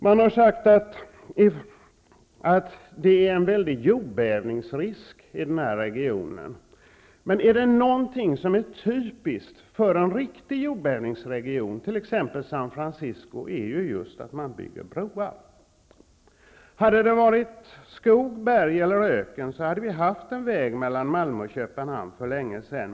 Det har sagts att det är stor risk för jordbävningar i denna region. Men om det är någonting som är typiskt för en riktig jordbävningsregion, t.ex. San Fransisco, är det just att man bygger broar. Hade det varit skog, berg eller öken, hade vi haft en väg mellan Malmö och Köpenhamn för länge sedan.